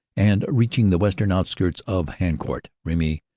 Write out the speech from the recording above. and reaching the western outskirts of haucourt, remy,